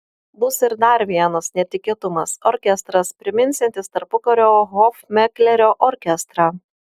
bus ir dar vienas netikėtumas orkestras priminsiantis tarpukario hofmeklerio orkestrą